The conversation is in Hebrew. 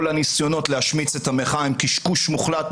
כל הניסיונות להשמיץ את המחאה הם קשקוש מוחלט.